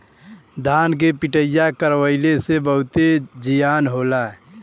धान के पिटईया करवइले से बहुते जियान होला